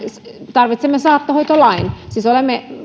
tarvitsemme saattohoitolain siis olemme